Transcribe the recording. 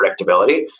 predictability